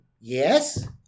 Yes